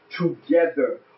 together